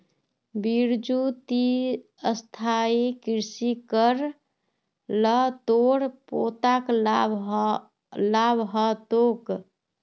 बिरजू ती स्थायी कृषि कर ल तोर पोताक लाभ ह तोक